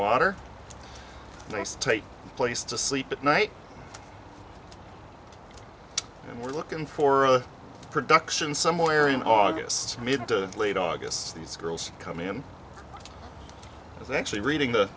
water and ice take place to sleep at night and we're looking for a production somewhere in august mid to late august these girls come in is actually reading the